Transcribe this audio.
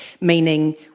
meaning